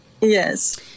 yes